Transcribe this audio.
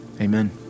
Amen